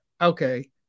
Okay